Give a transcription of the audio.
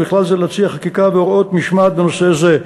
ובכלל זה להציע חקיקה והוראות משמעת בנושא זה,